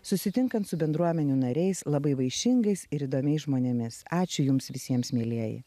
susitinkant su bendruomenių nariais labai vaišingais ir įdomiais žmonėmis ačiū jums visiems mielieji